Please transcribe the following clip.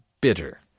bitter